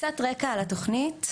קצת רקע על התוכנית,